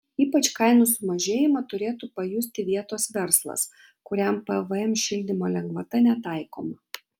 ypač kainų sumažėjimą turėtų pajusti vietos verslas kuriam pvm šildymo lengvata netaikoma